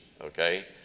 okay